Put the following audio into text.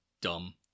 dumb